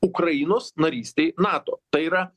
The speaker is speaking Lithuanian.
ukrainos narystei nato tai yra